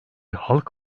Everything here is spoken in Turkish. halk